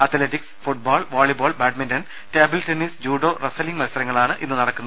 athletics football volleyball badminton table tennis judo wrestling മത്സരങ്ങൾ ഇന്നു നടക്കും